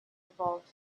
evolved